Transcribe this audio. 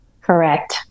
Correct